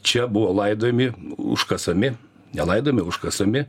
čia buvo laidojami užkasami ne laidojami o užkasami